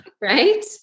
Right